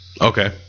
okay